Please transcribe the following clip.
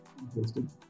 interesting